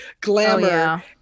glamour